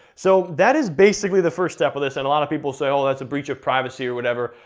so, that is basically the first step of this, and a lot of people say, oh, that's a breach of privacy or whatever,